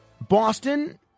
Boston